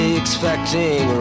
expecting